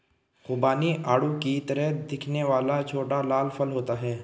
खुबानी आड़ू की तरह दिखने वाला छोटा लाल फल होता है